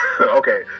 Okay